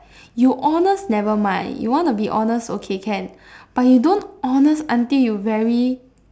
you honest never mind you want to be honest okay can but you don't honest until you very